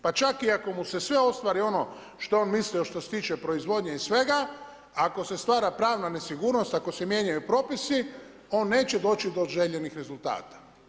Pa čak i ako mu se sve ostvari ono što je on mislio što se tiče proizvodnje i svega ako se stvara pravna nesigurnost, ako se mijenjaju propisi on neće doći do željenih rezultata.